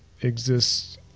exists